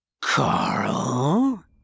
Carl